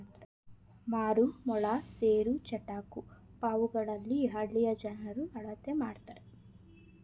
ಮಾರು, ಮೊಳ, ಸೇರು, ಚಟಾಕು ಪಾವುಗಳಲ್ಲಿ ಹಳ್ಳಿಯ ಜನರು ಅಳತೆ ಮಾಡ್ತರೆ